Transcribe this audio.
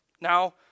now